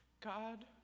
God